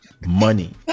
money